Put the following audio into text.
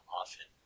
often